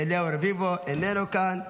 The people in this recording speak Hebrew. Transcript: אליהו רביבו, איננו כאן.